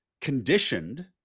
conditioned